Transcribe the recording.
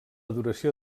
duració